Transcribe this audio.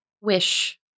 wish